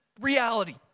reality